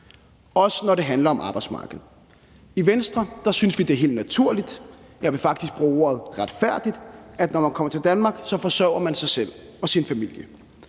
også når det handler om arbejdsmarkedet. I Venstre synes vi, det er helt naturligt, jeg vil faktisk bruge ordet retfærdigt, at når man kommer til Danmark, forsørger man sig selv og sin familie.